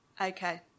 Okay